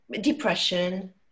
depression